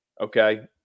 Okay